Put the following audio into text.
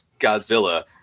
Godzilla